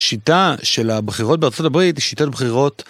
שיטה של הבחירות בארצות הברית היא שיטת בחירות.